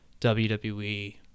WWE